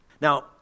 Now